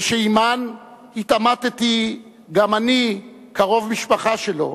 ושעמן התעמתי גם אני, קרוב משפחה שלו,